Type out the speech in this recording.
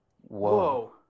Whoa